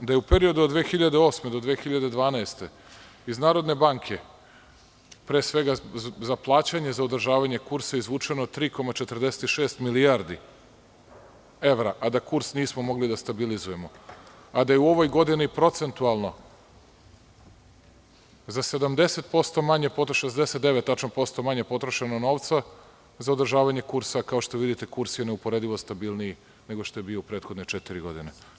Da je u periodu od 2008. do 2012. iz Narodne banke, pre svega za plaćanje i održavanje kursa izvučeno je 3,46 milijardi evra, a da kurs nismo mogli da stabilizujemo, a da je u ovoj godini procentualno za 69 posto manje potrošeno novca, za održavanje kursa, kao što vidimo kurs je neuporedivo stabilniji nego što je bio u prethodne 4 godine.